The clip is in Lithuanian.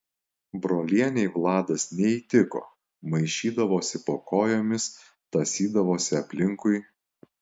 brolienei vladas neįtiko maišydavosi po kojomis tąsydavosi aplinkui